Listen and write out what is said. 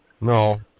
No